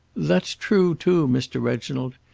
that's true, too, mr. reginald.